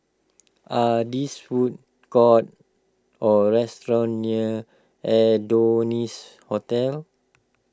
are this food courts or restaurants near Adonis Hotel